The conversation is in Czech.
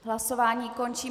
Hlasování končím.